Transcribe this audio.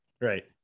Right